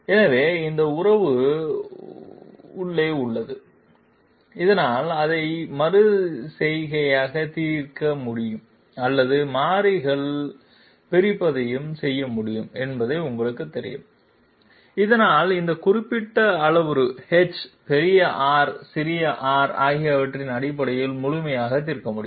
எனவே இந்த உறவு ஒரு உள்ளே உள்ளது இதனால் அதை மறு செய்கையாக தீர்க்க முடியும் அல்லது மாறிகள் பிரிப்பதையும் செய்ய முடியும் என்பது உங்களுக்குத் தெரியும் இதனால் இந்த குறிப்பிட்ட அளவுரு h பெரிய R சிறிய r ஆகியவற்றின் அடிப்படையில் முழுமையாக தீர்க்க முடியும்